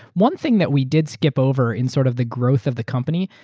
one thing that we did skip over in sort of the growth of the company,